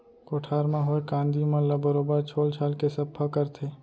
कोठार म होए कांदी मन ल बरोबर छोल छाल के सफ्फा करथे